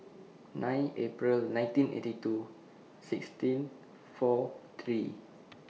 nine April nineteen eighty two sixteen four three